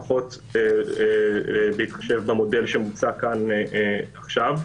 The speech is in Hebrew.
לפחות בהתחשב במודל שמוצע כאן עכשיו.